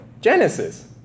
Genesis